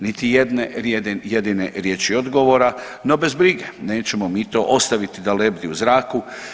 Niti jedne jedine riječi odgovora, no bez brige, nećemo mi to ostaviti da lebdi u zraku.